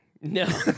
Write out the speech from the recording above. No